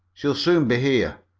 she'll soon be here.